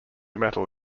metal